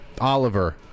Oliver